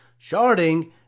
sharding